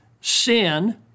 sin